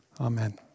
Amen